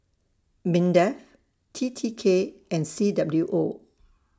Mindef T T K and C W O